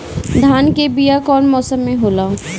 धान के बीया कौन मौसम में होला?